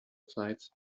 flights